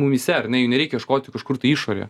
mumyse ar ne jų nereikia ieškoti kažkur tai išorėje